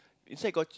inside got ch~